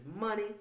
money